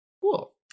Cool